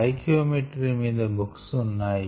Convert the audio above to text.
stoichiometry మీద books ఉన్నాయి